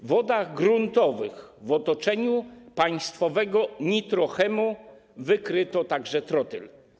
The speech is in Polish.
W wodach gruntowych w otoczeniu państwowego Nitro-Chemu wykryto także trotyl.